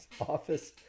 office